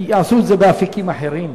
יעשו את זה באפיקים אחרים?